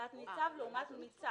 יחסית לממד העולמי הוא קטן מאוד.